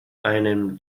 einem